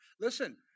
Listen